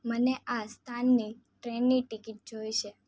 મને આ સ્થાનની ટ્રેનની ટિકિટ જોઈશે